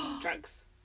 Drugs